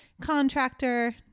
contractor